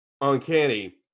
uncanny